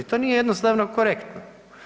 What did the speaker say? To nije jednostavno korektno.